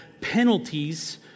penalties